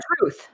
truth